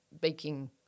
baking